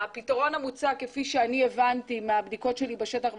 הפתרון המוצע כפי שאני הבנתי מהבדיקות שלי בשטח,